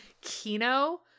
Kino